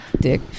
dick